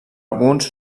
alguns